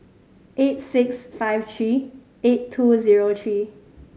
eight six five three eight two zero three